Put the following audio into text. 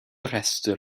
rhestr